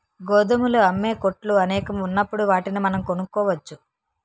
గోధుమలు అమ్మే కొట్లు అనేకం ఉన్నప్పుడు వాటిని మనం కొనుక్కోవచ్చు